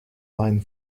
line